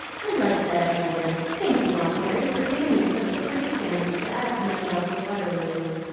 i like that idea! thank you, aunt mary, for giving me such a pretty fancy to add to my love for water-lilies.